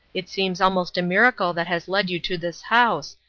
it seems almost a miracle that has led you to this house,